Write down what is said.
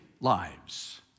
lives